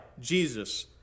Jesus